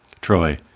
Troy